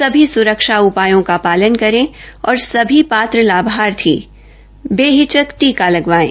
सभी सुरक्षा उपायों का पालन करें और सभी पात्र लाभार्थी बेहिचक टीका लगवाएं